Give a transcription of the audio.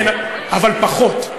אבל פחות.